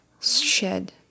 shed